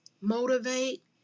motivate